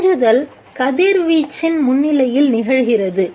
உறிஞ்சுதல் கதிர்வீச்சின் முன்னிலையில் நிகழ்கிறது